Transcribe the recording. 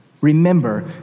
remember